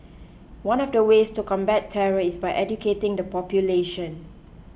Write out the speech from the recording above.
one of the ways to combat terror is by educating the population